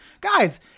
guys